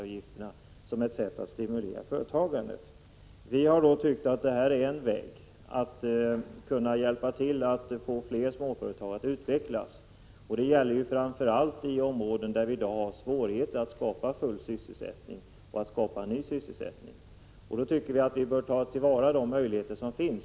Vi har tyckt att differentierade avgifter är en väg att hjälpa småföretag att utvecklas. Framför allt i områden där det i dag är svårt att upprätthålla full sysselsättning och att skapa ny sysselsättning bör man ta till vara de möjligheter som finns.